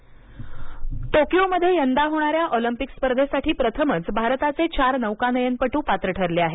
Olympic पात्रता टोकियोमध्ये यंदा होणाऱ्या ऑलिम्पिक स्पर्धेसाठी प्रथमच भारताचे चार नौकानयन पटू पात्र ठरले आहेत